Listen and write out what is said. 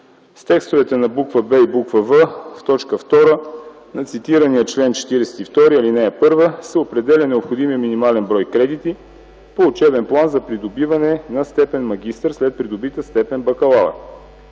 С текстовете на букви „б” и „в” на т. 2 от цитирания чл. 42, ал. 1 се определя необходимият минимален брой кредити по учебен план за придобиване на степен „магистър” след придобита степен „бакалавър”.